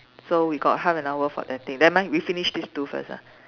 so we got half an hour for that thing never mind we finish these two first ah